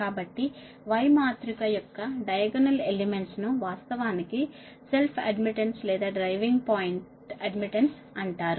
కాబట్టి y మాత్రిక యొక్క డయాగోనల్ ఎలిమెంట్స్ ను వాస్తవానికి సెల్ఫ్ అడ్మిటెన్స్ లేదా డ్రైవింగ్ పాయింట్ అడ్మిటెన్స్ అంటారు